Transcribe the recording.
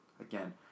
again